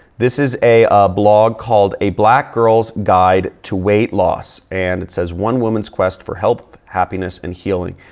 this is a a blog called a black girl's guide to weight loss. and it says, one woman's quest for health, happiness and healing.